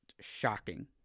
shocking